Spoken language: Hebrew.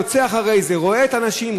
רואה את האנשים,